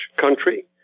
country